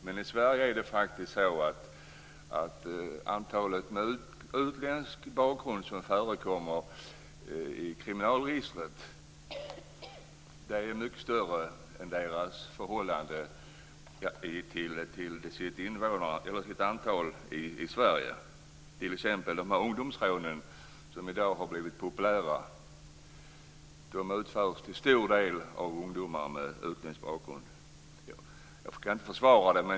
Men i Sverige är det faktiskt så att antalet med utländsk bakgrund som förekommer i kriminalregistret är mycket större i förhållande till antalet boende i Sverige. T.ex. utförs ungdomsrånen, som i dag har blivit vanliga, till stor del av ungdomar med utländsk bakgrund.